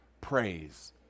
praise